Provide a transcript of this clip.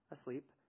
asleep